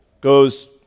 goes